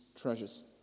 treasures